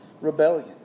rebellion